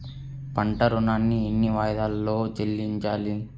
పంట ఋణాన్ని ఎన్ని వాయిదాలలో చెల్లించాలి?